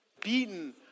beaten